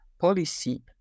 policy